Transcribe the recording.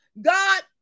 God